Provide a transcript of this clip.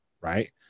Right